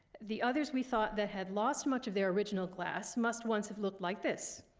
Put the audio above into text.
the others we thought that had lost much of their original glass must once have looked like this.